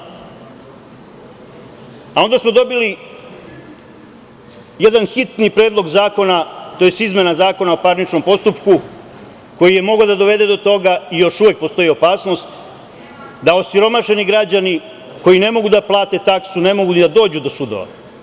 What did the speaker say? Onda smo dobili jedan hitni predlog zakona, tj. izmena Zakona o parničnom postupku koji je mogao da dovede do toga i još uvek postoji opasnost da osiromašeni građani koji ne mogu da plate taksu ne mogu ni da dođu do sudova.